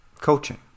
coaching